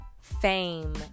fame